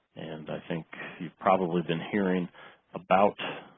and i think you've probably been hearing about